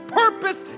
purpose